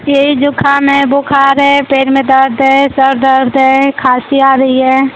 यही जुखाम है बुखार है पेट में दर्द है सिर दर्द है खासी आ रही है